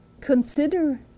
consider